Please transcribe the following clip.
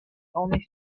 only